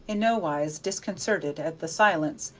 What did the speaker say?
in no wise disconcerted at the silence,